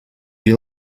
you